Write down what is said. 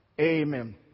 amen